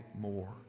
more